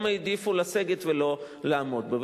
הם העדיפו לסגת ולא לעמוד בו.